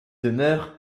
demeure